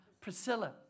Priscilla